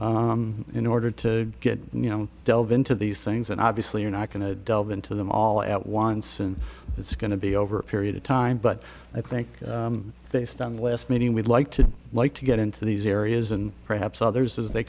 why in order to get you know delve into these things and obviously you're not going to delve into them all at once and it's going to be over a period of time but i think based on last meeting would like to like to get into these areas and perhaps others as they